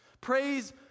Praise